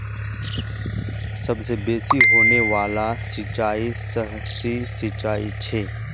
सबसे बेसि होने वाला सिंचाई सतही सिंचाई छ